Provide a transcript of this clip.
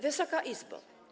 Wysoka Izbo!